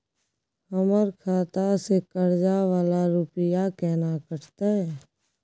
हमर खाता से कर्जा वाला रुपिया केना कटते?